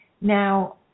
Now